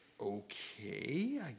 okay